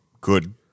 good